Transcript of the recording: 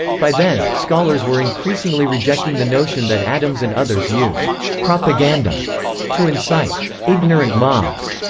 by then, scholars were increasingly rejecting the notion that adams and others used propaganda to incite ignorant mobs,